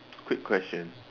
quick question